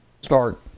start